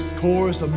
chorus